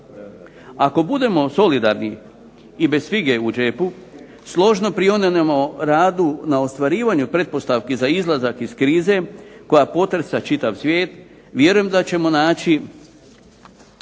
Ako budemo solidarni i bez fige u džepu, složno prionemo radu na ostvarivanju pretpostavki za izlazak iz krize koja potresa čitav svijet, vjerujem da ćemo naći